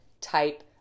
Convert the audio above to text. type